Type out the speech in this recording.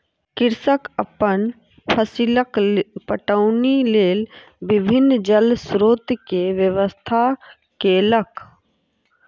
कृषक अपन फसीलक पटौनीक लेल विभिन्न जल स्रोत के व्यवस्था केलक